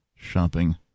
Shopping